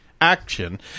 action